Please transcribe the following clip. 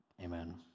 amen